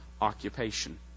occupation